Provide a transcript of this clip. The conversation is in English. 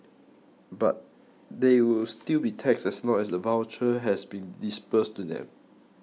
but they will still be taxed as long as the voucher has been disbursed to them